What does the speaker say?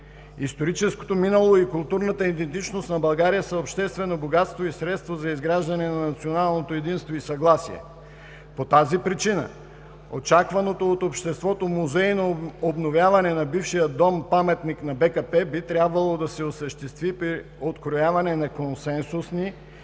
Историческото минало и културната идентичност на България са обществено богатство и средство за изграждане на националното единство и съгласие. По тази причина очакваното от обществото музейно обновяване на бившия Дом-паметник на БКП би трябвало да се осъществи при открояване на консенсусни